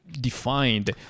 defined